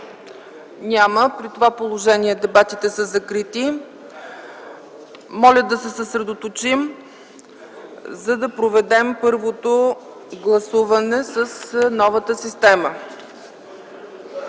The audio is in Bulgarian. Няма. При това положение дебатите са закрити. Моля да проведем първото гласуване с новата система.